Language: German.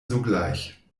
sogleich